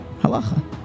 Halacha